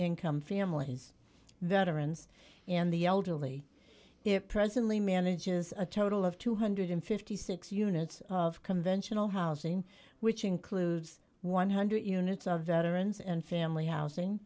income families veterans and the elderly it presently manages a total of two hundred and fifty six dollars units of conventional housing which includes one hundred dollars units of veterans and family housing